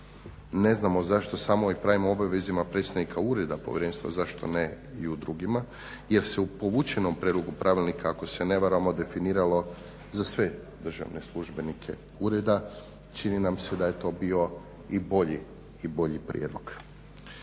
Ne znamo zašto samo o pravima i obavezama predstojnika ureda povjerenstva, zašto ne i u drugima jer se u povučenom prijedlogu pravilnika ako se ne varamo definiralo za sve državne službenike ureda. Čini nam se da je to bio i bolji prijedlog.